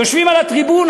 יושבים על הטריבונה,